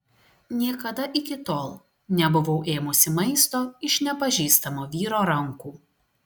niekada iki tol nebuvau ėmusi maisto iš nepažįstamo vyro rankų